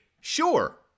sure